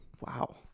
Wow